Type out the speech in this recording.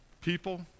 People